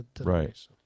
Right